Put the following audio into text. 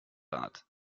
rat